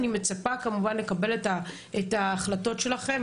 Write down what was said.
אני מצפה כמובן לקבל את ההחלטות שלכם,